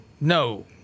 No